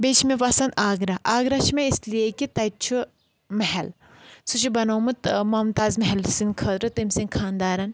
بیٚیہِ چھِ مےٚ پَسنٛد آگرا آگرا چھِ مےٚ اِسلیے کہِ تَتہِ چھُ محل سُہ چھُ بنومُت مَمتاز محلہٕ سٕنٛدِ خٲطرٕ تٔمۍ سٕنٛدِ خاندارَن